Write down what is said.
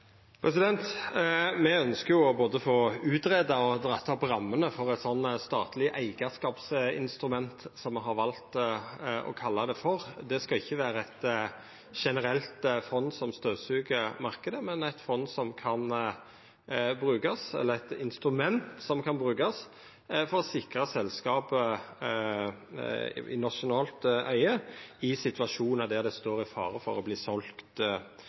Me ønskjer å få både utgreidd og dratt opp rammene for eit statleg eigarskapsinstrument, som me har valt å kalla det. Det skal ikkje vera eit generelt fond som støvsugar marknaden, men eit instrument som kan brukast for å sikra selskap i nasjonalt eige, i situasjonar der dei står i fare for å